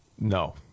No